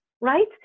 right